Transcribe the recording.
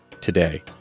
today